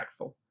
impactful